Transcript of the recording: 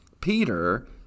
Peter